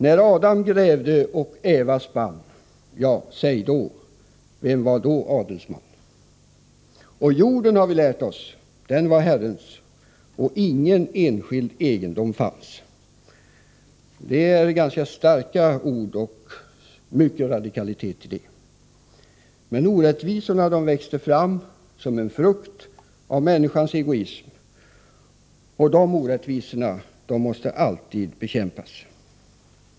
När Adam grävde och Eva spann — säg vem var då en adelsman? Jorden var också Herrens — och ingen enskild egendom fanns. Det är ganska starka ord, och det ligger mycken radikalitet i dessa. Men orättvisorna växte fram som en frukt av människans egoism. De orättvisorna måste alltid bekämpas.